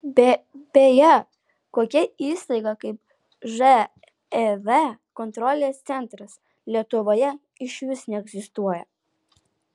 beje tokia įstaiga kaip živ kontrolės centras lietuvoje išvis neegzistuoja